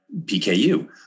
PKU